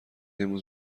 امروز